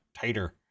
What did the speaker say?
tighter